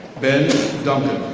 ben duncan.